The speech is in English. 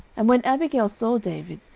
and when abigail saw david,